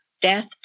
death